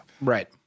Right